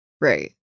Right